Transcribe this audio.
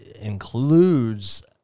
includes